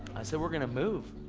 i said we're going to move.